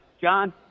John